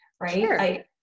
Right